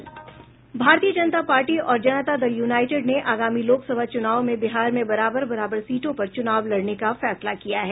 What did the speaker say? भारतीय जनता पार्टी और जनता दल यूनाइटेड ने आगामी लोकसभा चूनाव में बिहार में बराबर बराबर सीटों पर चुनाव लड़ने का फैसला किया है